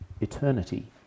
eternity